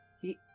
He-